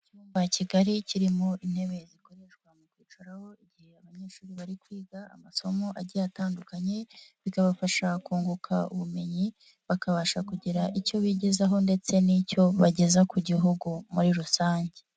Icyumba kigari kirimo intebe zikoreshwa mu kwicaraho igihe abanyeshuri bari kwiga amasomo agiye atandukanye, bikabafasha kunguka ubumenyi, bakabasha kugira icyo bigezaho ndetse n'icyo bageza ku gihugu muri rusange.